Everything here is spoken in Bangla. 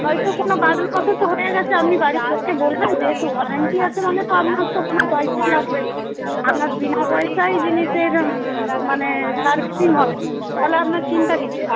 হয়তো কোনও কারণবশত হয়ে গেছে আপনি বাড়ির লোককে বলবেন যেহেতু ওয়ারেন্টি আছে মানে তো আপনার তো কোনো পয়সাই লাগবে না আপনার বিনা পয়সায় জিনিসের মানে সার্ভিসিং হবে তাহলে আপনার চিন্তা কীসের